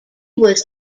was